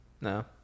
No